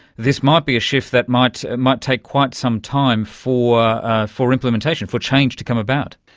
this might be a shift that might might take quite some time for ah for implementation, for change to come about.